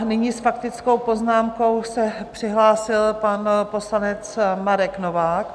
Nyní s faktickou poznámkou se přihlásil pan poslanec Marek Novák.